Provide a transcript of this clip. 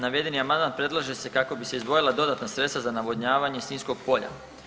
Navedeni amandman predlaže se kako bi se izdvojila dodatna sredstva za navodnjavanje sinjskog polja.